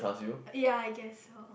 ya I guess so